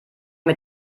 mit